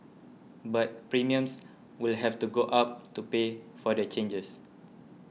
but premiums will have to go up to pay for the changes